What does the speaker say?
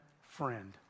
friend